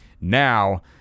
Now